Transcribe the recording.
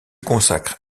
consacre